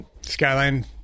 Skyline